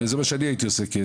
זה מה שאני הייתי עושה,